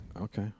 Okay